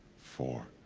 four,